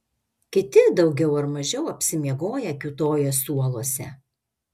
kiti daugiau ar mažiau apsimiegoję kiūtojo suoluose